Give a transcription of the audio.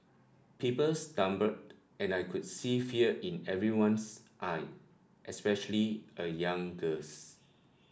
people stumbled and I could see fear in everyone's eye especially a young girl's